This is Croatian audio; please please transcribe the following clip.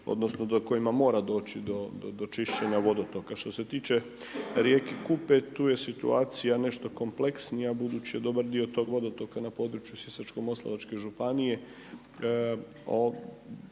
odnosno na kojima mora doći do čišćenja vodotoka. Što se tiče rijeke Kupe, tu je situacija nešto kompleksnija budući je dobar dio tog vodotoka na području sisačko moslavačke županije,